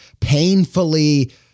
painfully